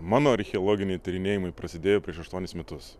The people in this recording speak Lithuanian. mano archeologiniai tyrinėjimai prasidėjo prieš aštuonis metus